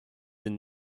den